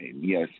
Yes